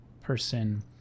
person